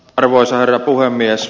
arvoisa herra puhemies